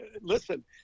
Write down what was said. listen